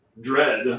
Dread